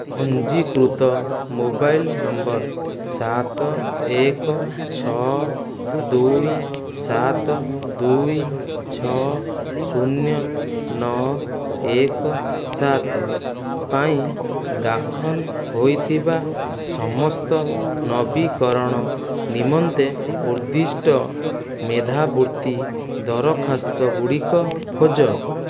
ପଞ୍ଜୀକୃତ mobile number ସାତ ଏକ ଛଅ ଦୁଇ ସାତ ଦୁଇ ଛଅ ଶୂନ ନଅ ଏକ ସାତ ପାଇଁ ଦାଖଲ ହୋଇଥିବା ସମସ୍ତ ନବୀକରଣ ନିମନ୍ତେ ଉଦ୍ଦିଷ୍ଟ ମେଧାବୃତ୍ତି ଦରଖାସ୍ତ ଗୁଡ଼ିକ ଖୋଜ